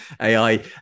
AI